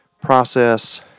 process